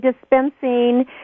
dispensing